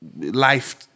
life